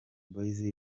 boyz